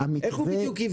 איך הוא יבנה בדיוק?